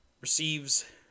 receives